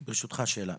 ברשותך, שאלה.